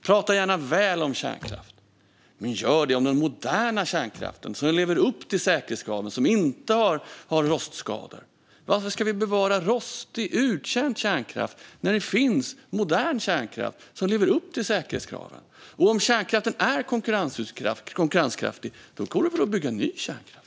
Prata gärna väl om kärnkraft, men gör det om den moderna kärnkraften, som lever upp till säkerhetskraven och som inte har rostskador! Varför ska vi bevara rost i uttjänt kärnkraft när det finns modern kärnkraft som lever upp till säkerhetskraven? Om kärnkraften är konkurrenskraftig går det väl att bygga ny kärnkraft?